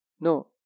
No